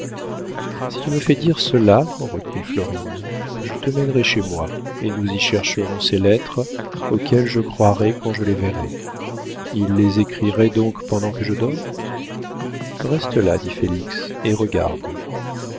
si tu me fais dire cela reprit florine je te mènerai chez moi et nous y chercherons ces lettres auxquelles je croirai quand je les verrai il les écrirait donc pendant que je dors reste là dit félix et regarde